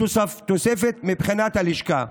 תוספת במבחני הלשכה,